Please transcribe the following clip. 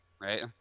right